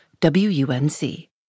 WUNC